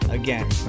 Again